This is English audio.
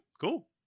cool